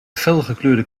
felgekleurde